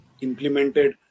implemented